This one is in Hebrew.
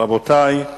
רבותי.